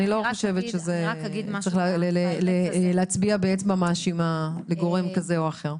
אני לא חושבת שזה צריך להצביע באצבע מאשימה על גורם כזה או אחר.